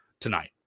tonight